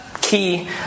key